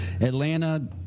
Atlanta